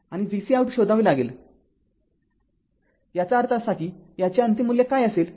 आणि vc out शोधावे लागेल याचा अर्थ असा की याचे अंतिम मूल्य काय असेल